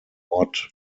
mod